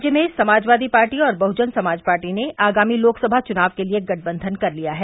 राज्य में समाजवादी पार्टी और बह्जन समाज पार्टी ने आगामी लोकसभा चुनाव के लिए गठबंधन कर लिया है